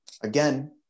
again